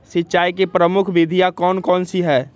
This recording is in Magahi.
सिंचाई की प्रमुख विधियां कौन कौन सी है?